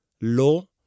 law